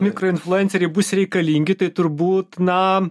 mikro influenceriai bus reikalingi tai turbūt na